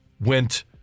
went